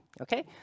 okay